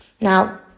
Now